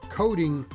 coding